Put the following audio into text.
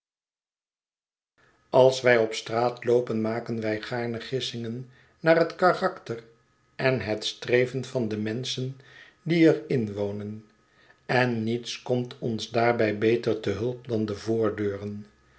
ais wij op straat loopen maken wij gaarne gissingen naar het karakter en het streven van de menschen die er inwonen en niets komt ons daarbij beter te hulp dan de voordeuren